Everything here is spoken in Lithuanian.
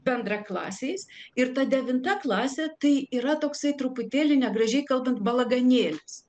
bendraklasiais ir ta devinta klasė tai yra toksai truputėlį negražiai kalbant balaganėlis